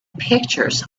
pictures